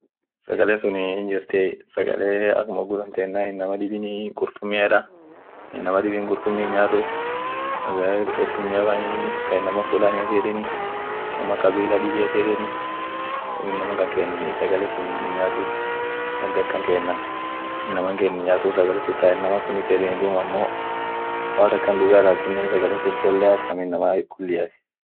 sagalen sun hinjirtie sagale ak inama kankeena hintumieta inaman kurtumi hinyaatu, kurtumin ta inama fulaaniati yedeni, akam kabila dibi yati yedeni duub inaman kankeen sagale sun hinyaatu ak garkankeen inaman sagale sun hinyaatu ta inama fulaaniat yeden amo woat ilaaltiinen sagalen sun cholea ta inama kuliat